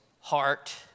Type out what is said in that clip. heart